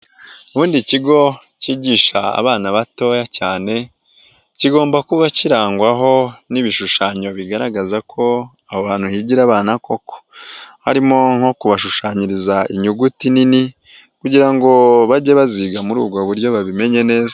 Ubundi ikigo cyigisha abana batoya cyane kigomba kuba kirangwaho n'ibishushanyo bigaragaza ko abantu higira abana koko, harimo nko kubashushanyiriza inyuguti nini, kugira ngo bajye baziga muri ubwo buryo babimenye neza.